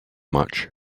much